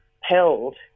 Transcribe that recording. held